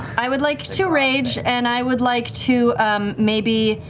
i would like to rage and i would like to maybe,